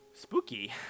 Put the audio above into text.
spooky